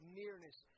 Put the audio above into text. nearness